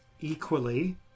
equally